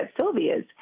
Sylvia's